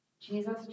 Jesus